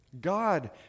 God